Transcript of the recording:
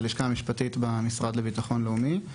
מהלשכה המשפטית במשרד לביטחון לאומי.